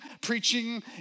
preaching